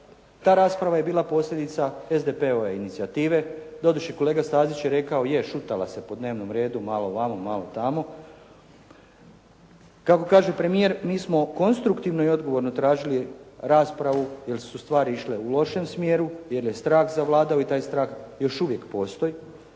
Ta rasprava je bila posljedica SDP-ove inicijative. Doduše, kolega Stazić je rekao je, šutala se po dnevnom redu, malo vamo, malo tamo. Kako kaže premijer, mi smo konstruktivno i odgovorno tražili raspravu jer su stvari išle u lošem smjeru, jer je strah zavladao i taj strah još uvijek postoji.